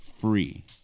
free